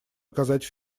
оказать